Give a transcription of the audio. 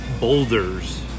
boulders